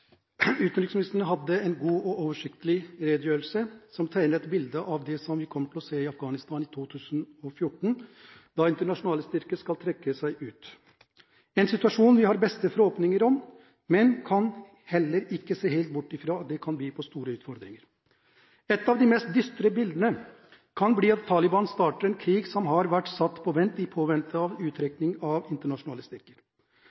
Utenriksministeren hadde en god og oversiktlig redegjørelse, som tegner et bilde av det vi kommer til å se i Afghanistan i 2014 når internasjonale styrker skal trekke seg ut – en situasjon vi har de beste forhåpninger til, men vi kan heller ikke se bort fra at det kan by på store utfordringer. Et av de mest dystre bildene kan bli at Taliban starter en krig som har vært satt på vent i påvente av at internasjonale styrker